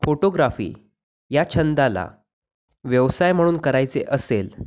photography या छंदाला व्यवसाय म्हणून करायचे असेल